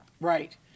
Right